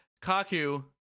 Kaku